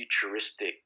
futuristic